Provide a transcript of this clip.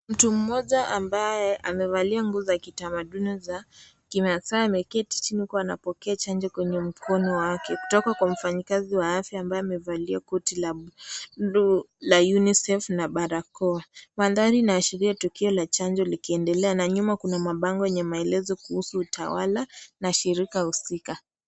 Mtu mmoja ambaye amevalia nguo za kitamaduni za kimaasai ameketi chini huku anapokea chanjo kwenye mkono wake kutoka kwa mfanyakazi wa afya ambaye amevalia koti la bluu la UNICEF na barakoa. Mandhari inashiria tukio la chanjo likiendelea na nyuma kuna mabango yenye maelezo kuhusu utawala na shirika husika.